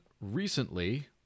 recently